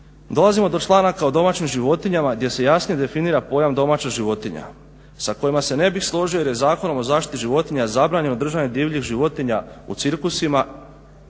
Dolazimo do članaka o domaćim životinjama gdje se jasnije definira pojam domaća životinja sa kojima se ne bih složio jer je Zakonom o zaštiti životinja zabranjeno držanje divljih životinja i cirkusima,